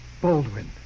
Baldwin